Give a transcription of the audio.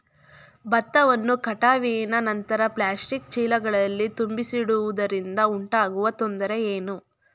ಭತ್ತವನ್ನು ಕಟಾವಿನ ನಂತರ ಪ್ಲಾಸ್ಟಿಕ್ ಚೀಲಗಳಲ್ಲಿ ತುಂಬಿಸಿಡುವುದರಿಂದ ಉಂಟಾಗುವ ತೊಂದರೆ ಏನು?